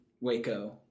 Waco